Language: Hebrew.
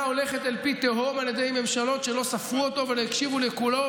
הולכת אל פי תהום על ידי ממשלות שלא ספרו אותו ולא הקשיבו לקולו.